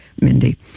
Mindy